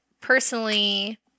personally